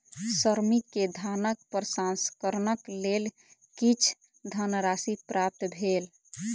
श्रमिक के धानक प्रसंस्करणक लेल किछ धनराशि प्राप्त भेल